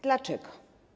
Dlaczego?